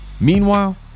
Meanwhile